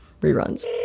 reruns